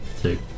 Two